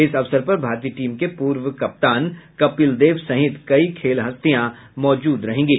इस अवसर पर भारतीय टीम के पूर्व कप्तान कपिल देव सहित कई खेल हंस्तियां मौजूद रहेंगे